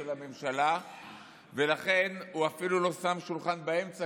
הממשלה ולכן הוא אפילו לא שם שולחן באמצע,